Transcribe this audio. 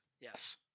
yes